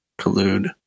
collude